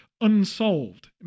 unsolved